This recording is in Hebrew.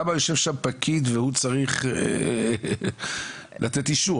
למה יושב שם פקיד והוא צריך לתת אישור?